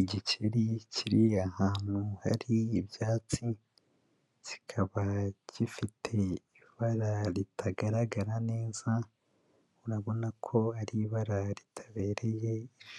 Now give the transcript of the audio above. Igikeri kiri ahantu hari ibyatsi, kikaba gifite ibara ritagaragara neza, urabona ko ari ibara ritabereye